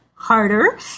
harder